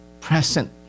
present